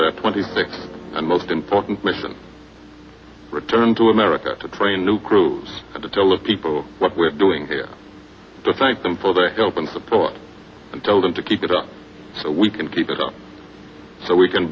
their twenty sixth and most important mission return to america to train new crews to tell of people what we're doing here to thank them for their help and support and told them to keep it up so we can keep it up so we can